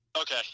okay